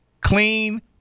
clean